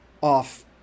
off